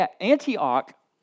Antioch